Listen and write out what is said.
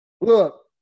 Look